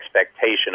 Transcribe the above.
expectation